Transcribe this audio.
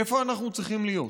איפה אנחנו צריכים להיות?